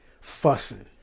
fussing